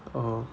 oh